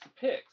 picks